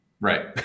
Right